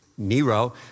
Nero